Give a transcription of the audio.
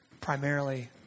primarily